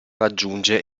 raggiunge